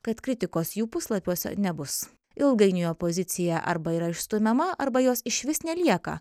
kad kritikos jų puslapiuose nebus ilgainiui opozicija arba yra išstumiama arba jos išvis nelieka